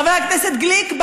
חבר הכנסת גליק,